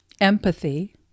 Empathy